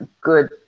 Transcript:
good